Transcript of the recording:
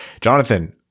Jonathan